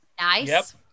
Nice